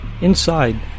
Inside